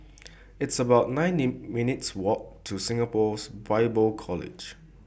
It's about nine minutes' Walk to Singapore Bible College